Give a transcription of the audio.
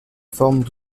formes